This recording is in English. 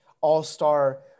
all-star